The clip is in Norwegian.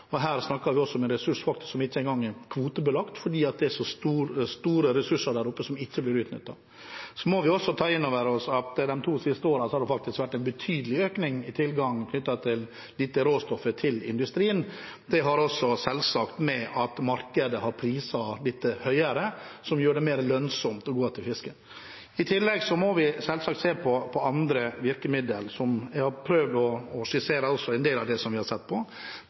og her snakker vi også om en ressursfaktor som ikke engang er kvotebelagt, fordi det er så store ressurser der oppe som ikke blir utnyttet. Vi må også ta inn over oss at det de to siste årene faktisk har vært en betydelig økning i tilgangen på dette råstoffet for industrien. Det har selvsagt også å gjøre med at markedet har priset dette høyere, noe som gjør det mer lønnsomt å gå etter fisken. I tillegg må vi selvsagt se på andre virkemidler. Jeg har prøvd å skissere en del av det vi har sett på.